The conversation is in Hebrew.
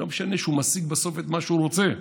לא משנה שהוא משיג בסוף את מה שהוא רוצה,